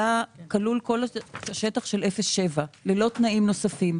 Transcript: נכללו כל השטחים מ-0 עד 7, ללא תנאים נוספים.